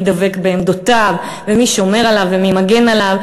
ומי דבק בעמדותיו ומי שומר עליו ומי מגן עליו,